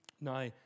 Now